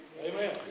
Amen